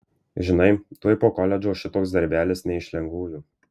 žinai tuoj po koledžo šitoks darbelis ne iš lengvųjų